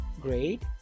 great